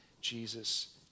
Jesus